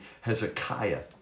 Hezekiah